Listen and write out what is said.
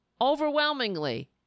Overwhelmingly